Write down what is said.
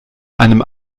einem